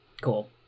Cool